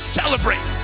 celebrate